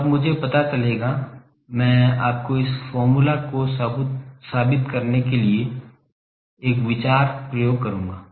तो अब मुझे पता चलेगा मैं आपको इस फार्मूला को साबित करने के लिए एक विचार प्रयोग करूंगा